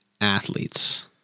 athletes